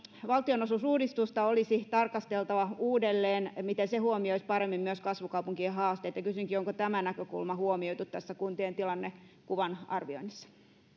valtionosuusuudistusta olisi tarkasteltava uudelleen sitä miten se huomioisi paremmin myös kasvukaupunkien haasteet kysynkin onko tämä näkökulma huomioitu tässä kuntien tilannekuvan arvioinnissa